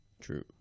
True